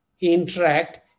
interact